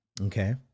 okay